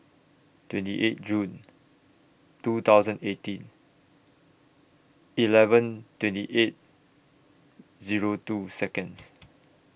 twenty eight June two thousand eighteen eleven twenty eight Zero two Seconds